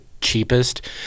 cheapest